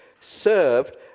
served